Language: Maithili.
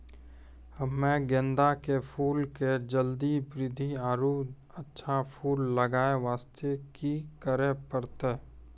हम्मे गेंदा के फूल के जल्दी बृद्धि आरु अच्छा फूल लगय वास्ते की करे परतै?